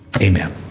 Amen